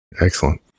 Excellent